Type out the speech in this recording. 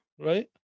right